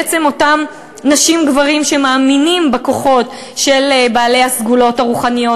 בעצם אותם נשים וגברים שמאמינים בכוחות של בעלי הסגולות הרוחניות,